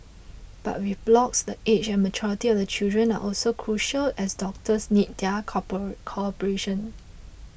but with blocks the age and maturity of the children are also crucial as doctors need their cooper cooperation